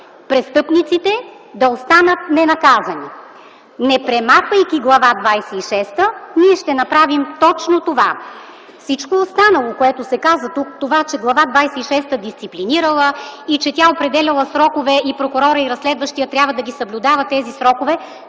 престъпниците да останат ненаказани. Непремахвайки Глава двадесет и шеста, ние ще направим точно това. Всичко останало, което се каза тук, това, че Глава двадесет и шеста дисциплинирала, че тя определяла срокове и прокурорът и разследващият трябва да съблюдават тези срокове,